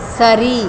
சரி